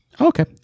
Okay